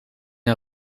een